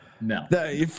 no